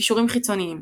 קישורים חיצוניים